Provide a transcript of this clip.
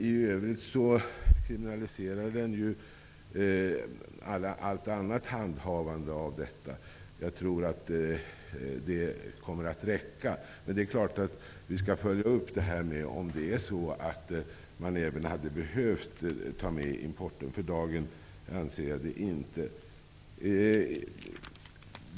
I övrigt kriminaliseras allt annat handhavande. Jag tror att det kommer att räcka. Men vi skall naturligtvis följa upp frågan och se om man även hade behövt ta med importen. För dagen anser jag det inte nödvändigt.